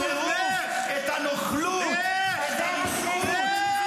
את הטירוף, את הנוכלות, את הרשעות -- לך.